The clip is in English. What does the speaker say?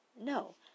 No